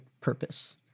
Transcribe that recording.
purpose